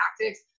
tactics